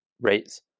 rates